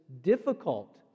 difficult